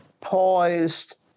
poised